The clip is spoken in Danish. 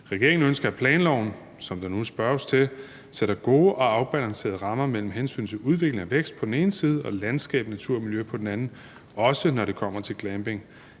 Regeringen ønsker, at planloven, som der nu spørges til, sætter gode og afbalancerede rammer for hensynet til udvikling og vækst på den ene side og landskab, natur og miljø på den anden side, også når det kommer til glamping.